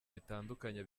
bitandukanye